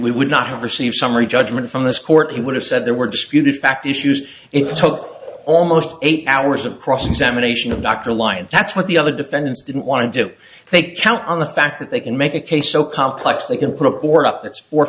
we would not have received summary judgment from this court he would have said there were disputed fact issues it took almost eight hours of cross examination of dr ly and that's what the other defendants didn't want to do they count on the fact that they can make a case so complex they can put a bore up